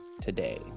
today